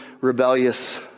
rebellious